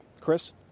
Chris